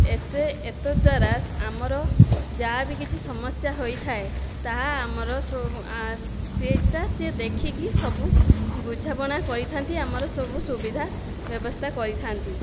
ଏତେ ଏତଦ୍ଦ୍ୱାରା ଆମର ଯାହାବି କିଛି ସମସ୍ୟା ହୋଇଥାଏ ତାହା ଆମର ସେଇଟା ସିଏ ଦେଖିକି ସବୁ ବୁଝାବଣା କରିଥା'ନ୍ତି ଆମର ସବୁ ସୁବିଧା ବ୍ୟବସ୍ଥା କରିଥା'ନ୍ତି